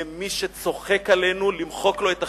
למי שצוחק עלינו, למחוק לו את החיוך.